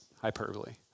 hyperbole